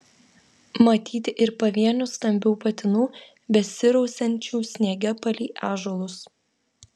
matyti ir pavienių stambių patinų besirausiančių sniege palei ąžuolus